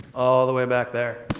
all the way back there,